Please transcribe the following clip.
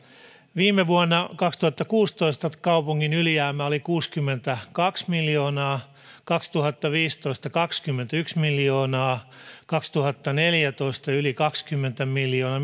viime vuonna kaksituhattakuusitoista kaupungin ylijäämä oli kuusikymmentäkaksi miljoonaa kaksituhattaviisitoista vuonna kaksikymmentäyksi miljoonaa kaksituhattaneljätoista yli kaksikymmentä miljoonaa